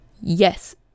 yes